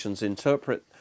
interpret